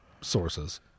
sources